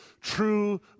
True